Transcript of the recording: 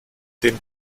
den